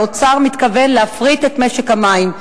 האוצר מתכוון להפריט את משק המים.